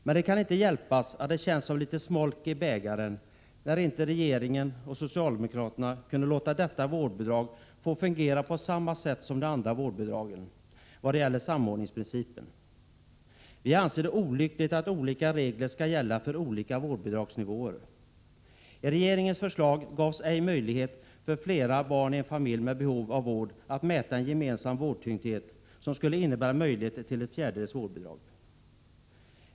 Men det kan inte hjälpas att det känns som litet smolk i glädjebägaren att regeringen och socialdemokraterna inte kan låta detta vårdbidrag få fungera på samma sätt som de andra vårdbidragen när det gäller samordningsprincipen. Vi anser det olyckligt att olika regler skall gälla för olika vårdbidragsnivåer. Enligt regeringens förslag gavs inte möjlighet att mäta en gemensam vårdtyngd för flera barn med behov av vård i samma familj, vilket skulle innebära möjlighet till ett fjärdedels vårdbidrag.